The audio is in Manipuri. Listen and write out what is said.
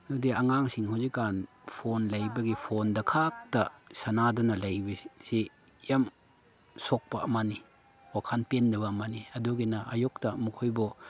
ꯑꯗꯨꯗꯤ ꯑꯉꯥꯡꯁꯤꯡ ꯍꯧꯖꯤꯛꯀꯥꯟ ꯐꯣꯟ ꯂꯩꯕꯒꯤ ꯐꯣꯟꯗ ꯈꯛꯇ ꯁꯥꯟꯅꯗꯨꯅ ꯂꯩꯕ ꯁꯤ ꯌꯥꯝ ꯁꯣꯛꯄ ꯑꯃꯅꯤ ꯋꯥꯈꯟ ꯄꯦꯟꯗꯕ ꯑꯃꯅꯤ ꯑꯗꯨꯒꯤꯅ ꯑꯌꯨꯛꯇ ꯃꯈꯣꯏꯕꯨ